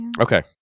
Okay